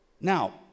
Now